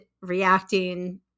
reacting